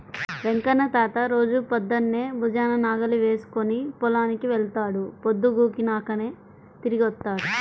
వెంకన్న తాత రోజూ పొద్దన్నే భుజాన నాగలి వేసుకుని పొలానికి వెళ్తాడు, పొద్దుగూకినాకే తిరిగొత్తాడు